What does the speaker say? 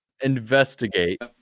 investigate